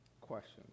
questions